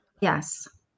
Yes